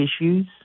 issues